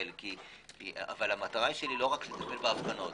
אבל המטרה שלי לא לטפל רק בהפגנות